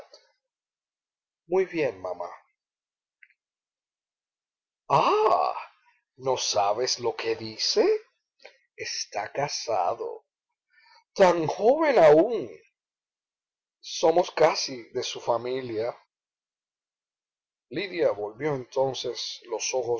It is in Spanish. muy bien mamá ah no sabes lo qué dice está casado tan joven aún somos casi de su familia lidia volvió entonces los ojos